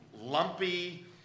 lumpy